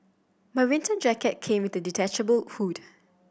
my winter jacket came with detachable hood